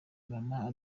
mama